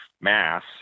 mass